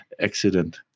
accident